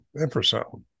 infrasound